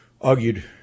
argued